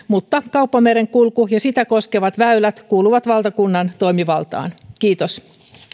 mutta kauppamerenkulku ja sitä koskevat väylät kuuluvat valtakunnan toimivaltaan kiitos